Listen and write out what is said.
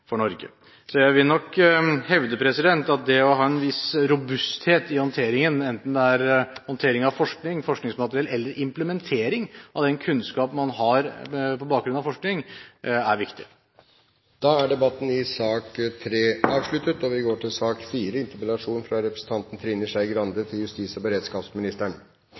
Norge. Jeg vil nok hevde at det å ha en viss robusthet i håndteringen, enten det er håndtering av forskningsmateriell eller implementering av den kunnskap man har på bakgrunn av forskning, er viktig. Debatten i sak nr. 3 er avsluttet. Rettssikkerhet, rettsvernet mot vilkårlig domfellelse, er en av sjølve grunnsøylene i et demokrati. Det er en av sjølve grunnsøylene for at vi skal ha respekt for de vedtakene og